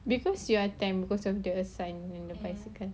because you are tan because of the sun and the bicycle